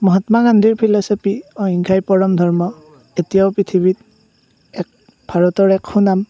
মহাত্মা গান্ধীৰ ফিল'চফি অহিংসাই পৰম ধৰ্ম এতিয়াও পৃথিৱীত এক ভাৰতৰ এক সুনাম